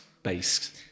based